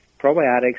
Probiotics